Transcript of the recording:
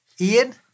Ian